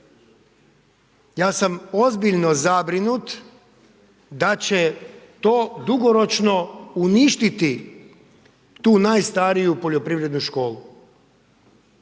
Ja sam ozbiljno zabrinut da će to dugoročno uništiti tu najstariju poljoprivrednu školu.